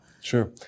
Sure